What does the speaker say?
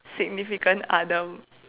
significant other